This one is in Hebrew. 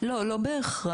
לא, לא בהכרח.